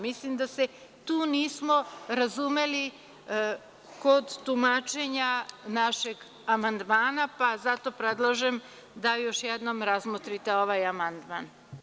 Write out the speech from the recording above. Mislim da se tu nismo razumeli kod tumačenja našeg amandmana pa zato predlažem da još jednom razmotrite ovaj amandmana.